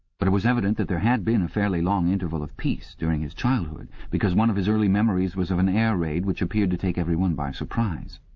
but it was evident that there had been a fairly long interval of peace during his childhood, because one of his early memories was of an air raid which appeared to take everyone by surprise.